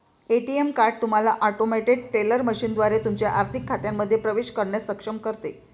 ATM card तुम्हाला automated teller मशीनद्वारे तुमच्या आर्थिक खात्यांमध्ये प्रवेश करण्यास सक्षम करते